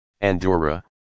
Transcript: Andorra